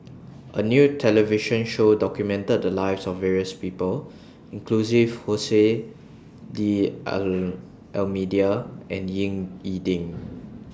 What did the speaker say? A New television Show documented The Lives of various People including Jose D'almeida and Ying E Ding